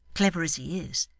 clever as he is,